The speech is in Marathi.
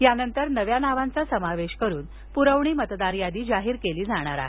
यानंतर नव्या नावांचा समावेश करून पुरवणी मतदार यादी जाहीर केली जाणार आहे